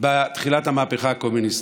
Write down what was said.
בתחילת המהפכה הקומוניסטית.